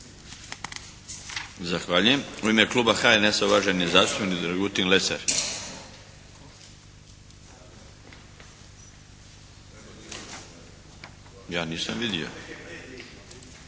Zahvaljujem. U ime Kluba HNS-a uvaženi zastupnik Dragutin Lesar. … /Upadica